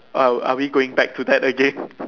!wow! are we going back to that again